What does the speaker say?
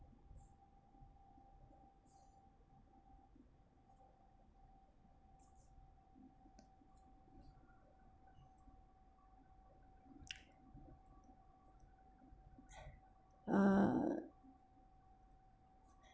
uh